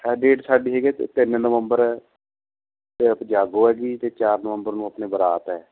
date ਸਾਡੀ ਹੈਗੀ ਆ ਤ ਤਿੰਨ ਨਵੰਬਰ ਅਤੇ ਜਾਗੋ ਹੈਗੀ ਅਤੇ ਚਾਰ ਨਵੰਬਰ ਨੂੰ ਆਪਣੇ ਬਰਾਤ ਹੈ